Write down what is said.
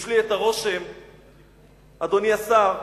יש לי הרושם המר, אדוני השר,